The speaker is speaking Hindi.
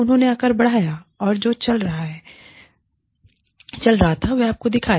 उन्होंने आकार बढ़ाया और जो चल रहा था वह आपको दिखाया